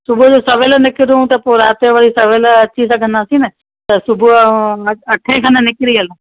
सुबुह जो सवेल निकरूं त पोइ राति जो वरी सवेल अची सघंदासीं न त सुबुह जो अठे खनि निकिरी हलूं